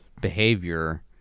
behavior